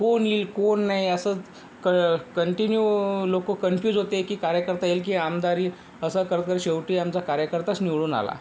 कोण येईल कोण नाही असंच क कंटीन्यू लोकं कन्फ्यूज होते की कार्यकर्ता येईल की आमदार येईल असं करत करत शेवटी आमचा कार्यकर्ताच निवडून आला